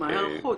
--- מה ההיערכות?